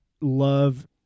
love